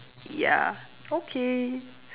ya okay